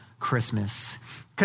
Christmas